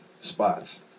Spots